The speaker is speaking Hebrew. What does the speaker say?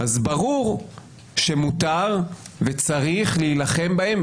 אז ברור שמותר וצריך להילחם בהם,